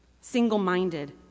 single-minded